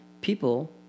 people